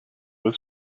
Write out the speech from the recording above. was